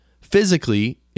Physically